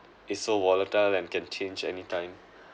it's so volatile and can change anytime